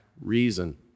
reason